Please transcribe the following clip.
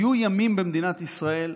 היו ימים במדינת ישראל,